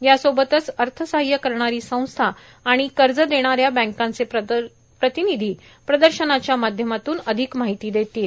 यासोबतच अर्थसाहाय्य करणारी संस्था आणि कर्ज देणाऱ्या बँकांचे प्रतिनिधी एक्स्पोच्या माध्यमातून कर्जाविशयी माहिती देतील